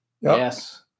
Yes